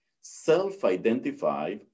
self-identify